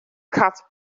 cat